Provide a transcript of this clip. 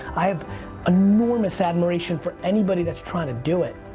i have enormous admiration for anybody that's trying to do it.